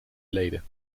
leden